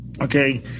okay